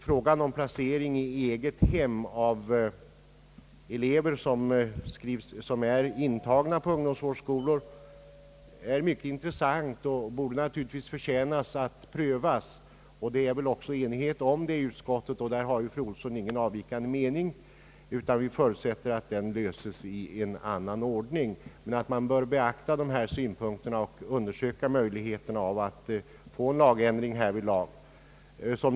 Frågan om placering i eget hem av elever som är intagna på ungdomsvårdsskolor är mycket intressant och borde naturligtvis förtjäna att prövas. Det råder väl också enighet om detta i utskottet, och fru Olsson torde inte heller ha någon avvikande mening på denna punkt. Vi förutsätter emellertid att denna fråga löses i en annan ordning och att dessa synpunkter kommer att beaktas, så att möjligheterna att få till stånd en lagändring härvidlag undersökes.